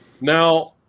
Now